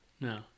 No